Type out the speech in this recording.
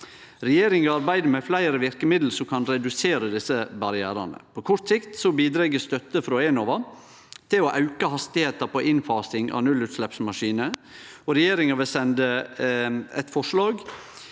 Regjeringa arbeider med fleire verkemiddel som kan redusere desse barrierane. På kort sikt bidreg støtte frå Enova til å auke hastigheita på innfasing av nullutsleppsmaskiner. Regjeringa vil sende eit forslag